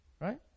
right